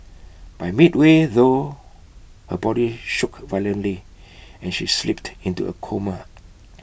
but midway through her body shook violently and she slipped into A coma